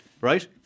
right